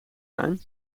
zijn